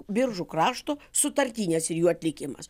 biržų krašto sutartinės ir jų atlikimas